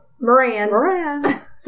Moran's